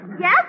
Yes